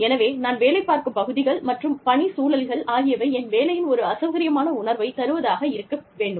எனவே நான் வேலைப் பார்க்கும் பகுதிகள் மற்றும் பணிச் சூழல்கள் ஆகியவை என் வேலையில் ஒரு சௌகரியமான உணர்வைத் தருவதாக இருக்க வேண்டும்